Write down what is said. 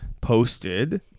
posted